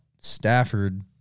Stafford